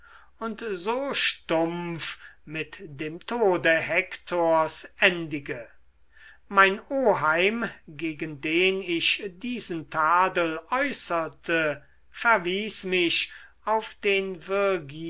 und so stumpf mit dem tode hektors endige mein oheim gegen den ich diesen tadel äußerte verwies mich auf den